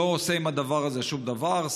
לא עושה עם הדבר הזה שום דבר.